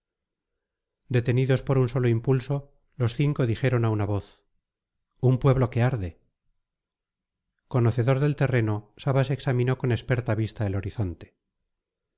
detenidos por un solo impulso los cinco dijeron a una voz un pueblo que arde conocedor del terreno sabas examinó con experta vista el horizonte